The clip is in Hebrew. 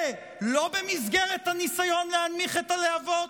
זה לא במסגרת הניסיון להנמיך את הלהבות?